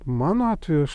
mano atveju aš